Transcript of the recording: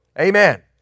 Amen